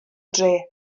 dre